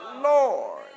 Lord